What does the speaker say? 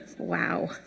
wow